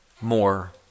more